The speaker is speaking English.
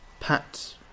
Pat